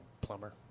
plumber